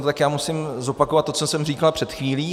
Tak já musím zopakovat to, co jsem říkal před chvílí.